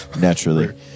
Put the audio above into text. Naturally